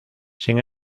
sin